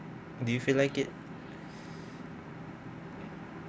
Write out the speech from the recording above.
do you feel like it